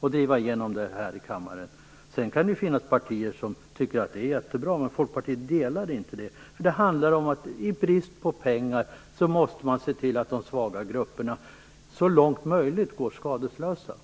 och driva igenom det här i kammaren. Det kan finnas partier som tycker att det är jättebra, men Folkpartiet delar inte den uppfattningen. Det handlar om att man, när det är brist på pengar, måste se till att de svaga grupperna så långt möjligt går skadeslösa.